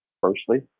Firstly